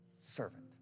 servant